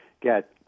get